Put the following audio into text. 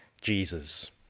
Jesus